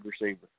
receiver